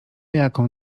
jaką